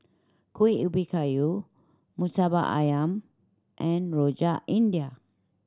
Kueh Ubi Kayu Murtabak Ayam and Rojak India